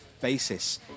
basis